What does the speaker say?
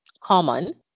common